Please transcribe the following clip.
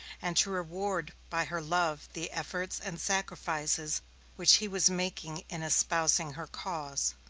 and to reward by her love the efforts and sacrifices which he was making in espousing her cause.